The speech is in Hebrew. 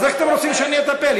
אז איך אתם רוצים שאני אטפל?